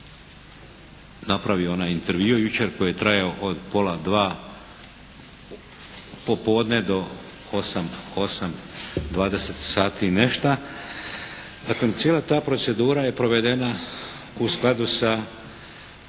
napravio onaj intervju jučer koji je trajao od pola dva popodne do osam, dvadeset sati i nešta. Daklem, cijela ta procedura je provedena u skladu sa,